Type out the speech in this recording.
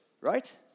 Right